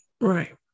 right